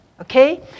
okay